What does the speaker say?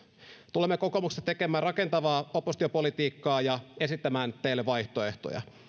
tulemme kokoomuksesta tekemään rakentavaa oppositiopolitiikkaa ja esittämään teille vaihtoehtoja